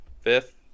fifth